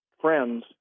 friends